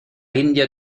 indio